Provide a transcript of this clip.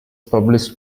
published